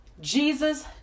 Jesus